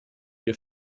wir